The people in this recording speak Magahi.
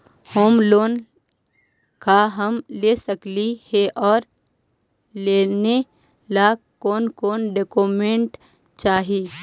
होम लोन का हम ले सकली हे, और लेने ला कोन कोन डोकोमेंट चाही?